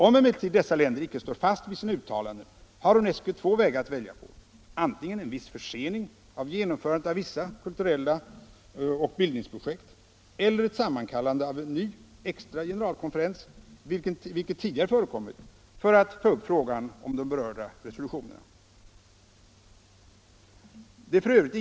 Om emellertid dessa länder icke står fast vid sina uttalanden har UNESCO två vägar att välja på: antingen en viss försening av genomförandet av vissa kulturella projekt och bildningsprojekt, eller ett sammankallande av en ny, extra generalkonferens, vilket tidigare förekommit, för att ta upp frågan om de berörda resolutionerna. Det är f.ö.